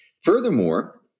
Furthermore